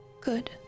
Good